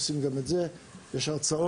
עושים גם את זה וגם יש הרצאות.